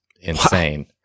insane